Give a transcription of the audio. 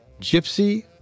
Gypsy